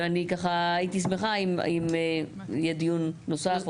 ואני ככה הייתי שמחה אם יהיה דיון נוסף.